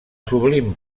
sublim